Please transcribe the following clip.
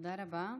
תודה רבה.